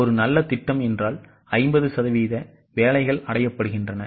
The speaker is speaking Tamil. ஒரு நல்ல திட்டம் என்றால் 50 சதவீத வேலைகள் அடையப்படுகின்றன